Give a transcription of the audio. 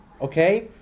Okay